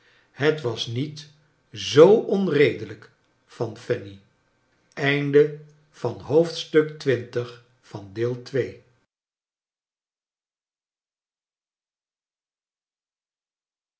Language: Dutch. het was niet zoo onredelijk van fanny